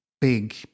big